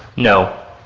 no.